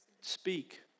speak